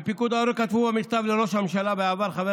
בפיקוד כתבו מכתב לראש הממשלה לשעבר חבר